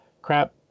Crap